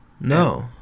No